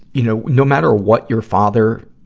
you know, no matter what your father